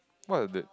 what is that